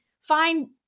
find